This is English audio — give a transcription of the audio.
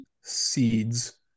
seeds